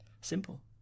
simple